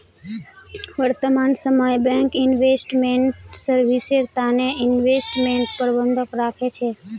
वर्तमान समयत bank investment service तने इन्वेस्टमेंट प्रबंधक राखे छे